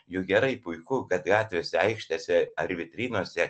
juk gerai puiku kad gatvėse aikštėse ar vitrinose